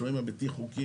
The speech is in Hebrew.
השוהים הבלתי חוקיים,